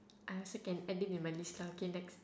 I also can add it in my list lah okay next